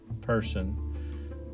person